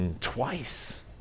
twice